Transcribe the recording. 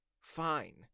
fine